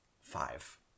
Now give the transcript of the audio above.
five